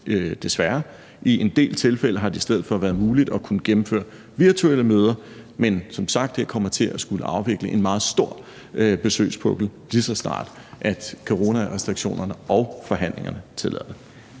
tilfælde har det i stedet for været muligt at kunne gennemføre virtuelle møder, men som sagt kommer jeg til at skulle afvikle en meget stor besøgspukkel, lige så snart coronarestriktionerne og forhandlingerne tillader det.